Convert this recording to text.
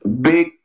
Big